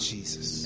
Jesus